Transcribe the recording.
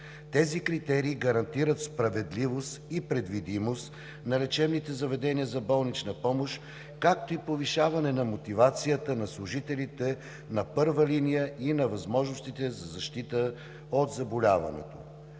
Тези критерии гарантират справедливост и предвидимост на лечебните заведения за болнична помощ, както и повишаване на мотивацията на служителите на първа линия и на възможностите за защита от заболяването.